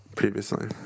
Previously